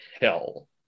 hell